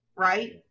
right